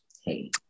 hey